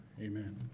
Amen